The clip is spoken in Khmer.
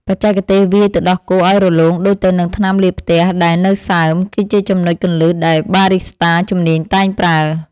បច្ចេកទេសវាយទឹកដោះគោឱ្យរលោងដូចទៅនឹងថ្នាំលាបផ្ទះដែលនៅសើម គឺជាចំណុចគន្លឹះដែលបារីស្តាជំនាញតែងប្រើ។